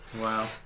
wow